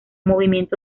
movimiento